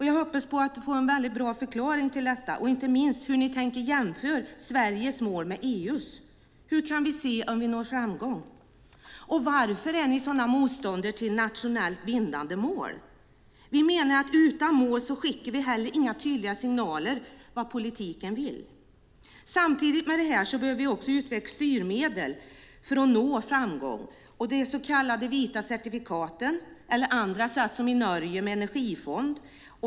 Jag hoppas på att få en väldigt bra förklaring till detta och inte minst om hur ni tänker jämföra Sveriges mål med EU:s. Hur kan vi se om vi når framgång? Och varför är ni sådana motståndare till nationellt bindande mål? Vi menar att utan mål skickar vi inga tydliga signaler om vad politiken vill. Samtidigt med detta behöver vi utveckla styrmedel för att nå framgång. Jag tänker på de så kallade vita elcertifikaten och, som i Norge, en energifond.